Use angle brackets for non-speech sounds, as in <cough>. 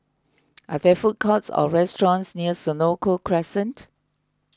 <noise> are there food courts or restaurants near Senoko Crescent